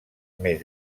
més